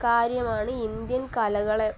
കാര്യമാണ് ഇന്ത്യൻ കലകൾ